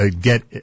get